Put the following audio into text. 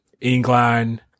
England